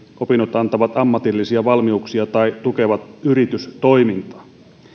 opinnot antavat ammatillisia valmiuksia tai tukevat yritystoimintaa